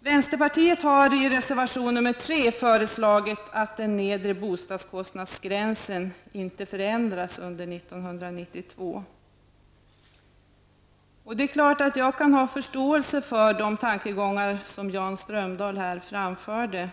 Vänsterpartiet har i reservation 3 föreslagit att den nedre bostadskostnadsgränsen inte skall förändras under 1992. Jag kan ha förståelse för de tankegångar som Jan Strömdahl här framförde.